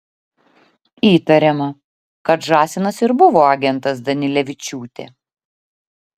įtariama kad žąsinas ir buvo agentas danilevičiūtė